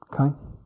Okay